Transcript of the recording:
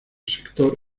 sector